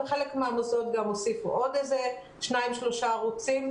חלק מהמוסדות גם הוסיפו עוד איזה שניים-שלושה ערוצים.